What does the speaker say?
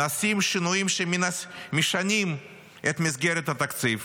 נעשים שינויים שמשנים את מסגרת התקציב